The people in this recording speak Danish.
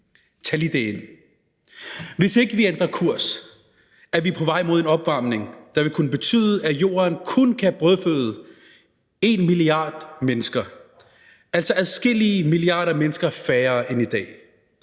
Tag lige det ind! Hvis ikke vi ændrer kurs, er vi på vej mod en opvarmning, der vil kunne betyde, at jorden kun kan brødføde 1 milliard mennesker – altså adskillige milliarder mennesker færre end i dag.